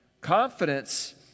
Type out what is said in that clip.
Confidence